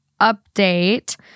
update